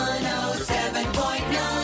107.9